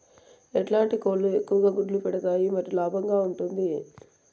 ఎట్లాంటి కోళ్ళు ఎక్కువగా గుడ్లు పెడతాయి మరియు లాభంగా ఉంటుంది?